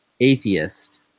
atheist